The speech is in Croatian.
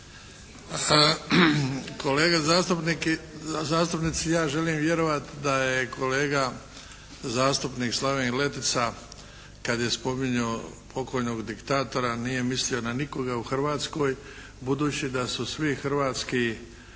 Kolege zastupnici! Ja želim vjerovati da je kolega zastupnik Slaven Letica kad je spominjao pokojnog diktatora nije mislio na nikoga u Hrvatskoj, budući da su svi hrvatski